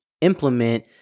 implement